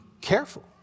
careful